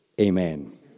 amen